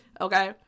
okay